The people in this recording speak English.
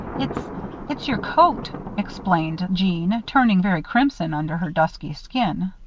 it's it's your coat, explained jeanne, turning very crimson under her dusky skin.